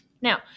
Now